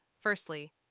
firstly